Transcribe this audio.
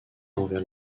envers